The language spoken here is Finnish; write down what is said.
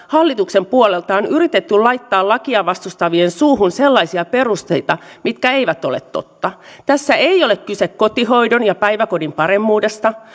hallituksen puolelta on yritetty laittaa lakia vastustavien suuhun sellaisia perusteita jotka eivät ole totta tässä ei ole kyse kotihoidon ja päiväkodin paremmuudesta